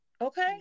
okay